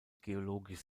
geologisch